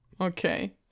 Okay